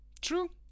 true